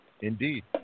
Indeed